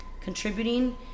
contributing